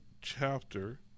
chapter